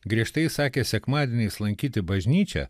griežtai įsakė sekmadieniais lankyti bažnyčią